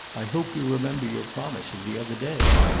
i hope you remember your promise of the other day.